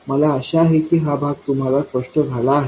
मला आशा आहे की हा भाग तुम्हाला स्पष्ट झाला आहे